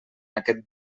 aquest